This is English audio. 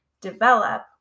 develop